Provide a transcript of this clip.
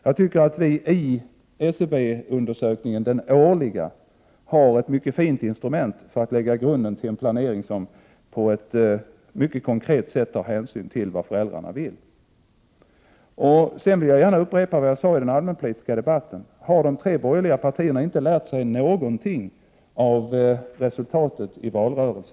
Jag tycker att vi i den årliga SCB-undersökningen har ett mycket fint instrument för att lägga grunden till en planering som på ett mycket konkret sätt tar hänsyn till föräldrarnas önskemål. Jag vill gärna upprepa vad jag sade i den allmänpolitiska debatten. Har de tre borgerliga partierna inte lärt sig någonting av valresultatet?